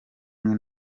amwe